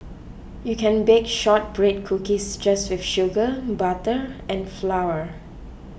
you can bake Shortbread Cookies just with sugar butter and flour